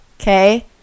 Okay